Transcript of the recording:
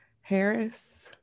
Harris